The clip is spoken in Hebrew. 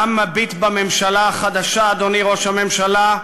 העם מביט בממשלה החדשה, אדוני ראש הממשלה,